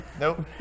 Nope